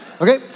Okay